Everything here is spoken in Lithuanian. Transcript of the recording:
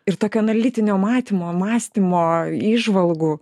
ir tokio analitinio matymo mąstymo įžvalgų